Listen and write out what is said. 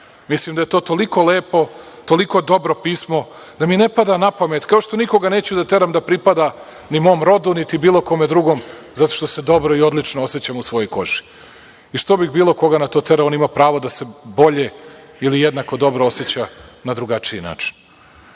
Mislim da je to toliko lepo, toliko dobro pismo da mi ne pada na pamet, kao što nikoga neću da teram da pripada ni mom rodu niti bilo kome drugom zato što se dobro i odlično osećam u svojoj koži. Što bih bilo koga terao, on ima pravo da se bolje ili jednako dobro oseća na drugačiji način. Na